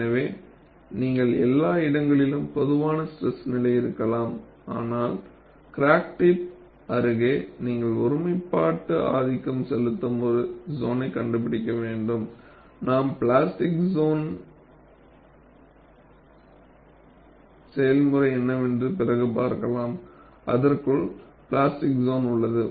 எனவே நீங்கள் எல்லா இடங்களிலும் பொதுவான ஸ்ட்ரெஸ் நிலை இருக்கலாம் ஆனால் கிராக் டிப் அருகே நீங்கள் ஒருமைப்பாடு ஆதிக்கம் செலுத்தும் ஒரு சோன்னை கண்டுபிடிக்க வேண்டும் நாம் பிளாஸ்டிக் செயல்முறை சோன் என்னவென்று பிறகு பார்க்கலாம் அதற்குள் பிளாஸ்டிக் சோன் உள்ளது